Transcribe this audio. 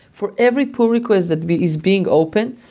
for every pull request is being open,